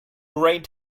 rained